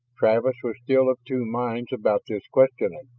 travis was still of two minds about this questioning,